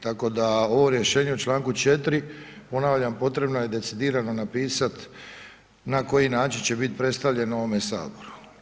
Tako da ovo rješenje u čl. 4. ponavljam, potrebno je decidirano napisati, na koji način će biti predstavljen u ovome Saboru.